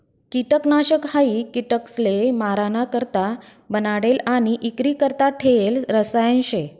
किटकनाशक हायी किटकसले माराणा करता बनाडेल आणि इक्रीकरता ठेयेल रसायन शे